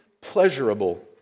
pleasurable